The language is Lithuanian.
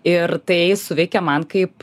ir tai suveikė man kaip